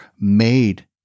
made